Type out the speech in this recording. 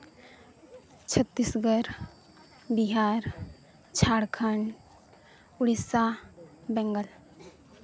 Chhattisgarh Bihar Jharkhand Odisha Bengal